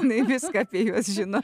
jinai viską apie juos žino